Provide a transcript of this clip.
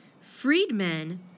Freedmen